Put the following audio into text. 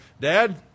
Dad